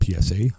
PSA